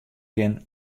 kin